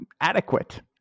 adequate